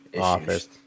office